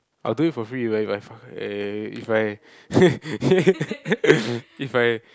I'll do it for free if I if I if I